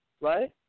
right